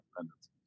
dependencies